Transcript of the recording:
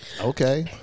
Okay